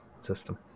system